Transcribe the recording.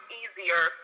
easier